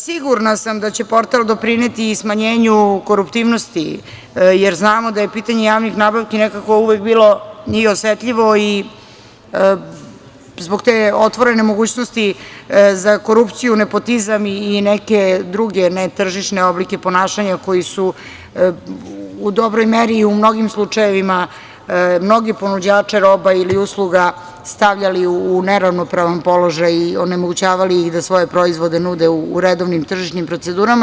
Sigurna sam da će portal doprineti i smanjenju koruptivnosti, jer znamo da je pitanje javnih nabavki nekako uvek bilo osetljivo i zbog te otvorene mogućnosti za korupciju, nepotizam i neke druge ne tržišne oblike ponašanja koji su u dobroj meri i u mnogim slučajevima mnoge ponuđače roba ili usluga stavljali u neravnopravan položaj i onemogućavali ih da svoje proizvode nude u redovnim tržišnim procedurama.